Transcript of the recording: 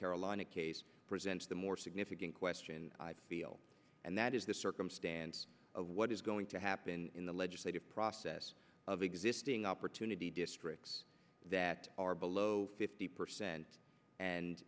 carolina case presents the more significant question i feel and that is the circumstance of what is going to happen in the legislative process of existing opportunity districts that are below fifty percent and